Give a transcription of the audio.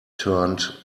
turned